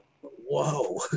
whoa